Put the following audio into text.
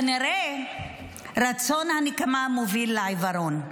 כנראה רצון הנקמה מוביל לעיוורון,